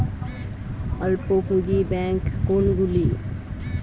অল্প পুঁজি ব্যাঙ্ক কোনগুলি?